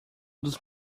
dos